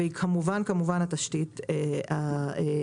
והיא כמובן גם התשתית האנושית,